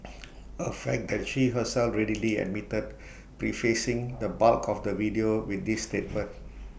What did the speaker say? A fact that she herself readily admitted prefacing the bulk of the video with this statement